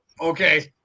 Okay